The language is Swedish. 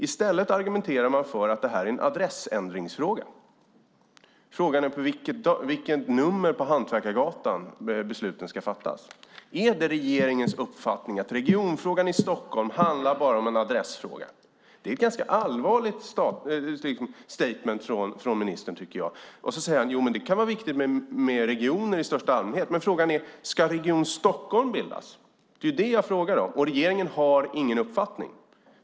I stället argumenterar man för att detta är en adressändringsfråga. Frågan är på vilket nummer på Hantverkargatan besluten ska fattas. Är det regeringens uppfattning att regionfrågan i Stockholm bara är en adressfråga? Det är ett ganska allvarligt statement från ministern. Han säger att det kan vara viktigt med regioner i största allmänhet. Men frågan är: Ska Region Stockholm bildas? Det är det jag frågar om. Regeringen har ingen uppfattning.